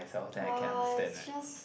!wah! it's just